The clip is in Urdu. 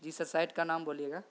جی سر سائٹ کا نام بولیے گا